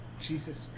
Jesus